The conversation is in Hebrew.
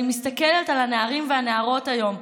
אני מסתכלת על הנערים והנערות היום,